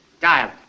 Dial